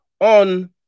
On